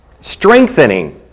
strengthening